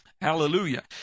Hallelujah